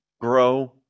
grow